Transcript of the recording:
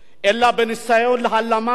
אלא בניסיון להעלמת